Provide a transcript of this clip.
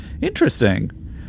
Interesting